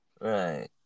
Right